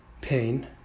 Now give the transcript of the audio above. pain